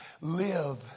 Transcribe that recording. live